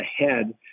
ahead